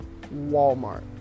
walmart